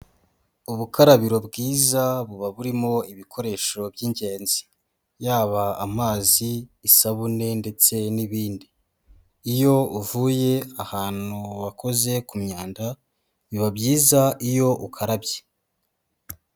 Ubukarabiro bwiza buba burimo ibikoresho by'ingenzi yaba amazi, isabune ndetse n'ibindi, iyo uvuye ahantu wakoze ku myanda biba byiza iyo ukarabye.